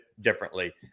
differently